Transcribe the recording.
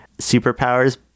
superpowers